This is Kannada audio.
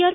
ಆರ್